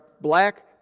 black